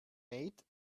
made